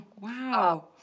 Wow